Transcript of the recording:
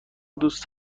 دوست